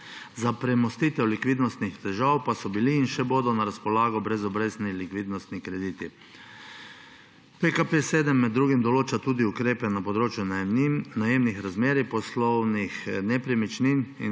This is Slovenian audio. Za premostitev likvidnostnih težav pa so bili in še bodo na razpolago brezobrestni likvidnostni krediti. PKP7 med drugim določa tudi ukrepe na področju najemnin, najemnih razmerij, poslovnih nepremičnin.